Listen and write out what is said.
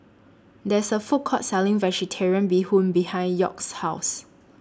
There IS A Food Court Selling Vegetarian Bee Hoon behind York's House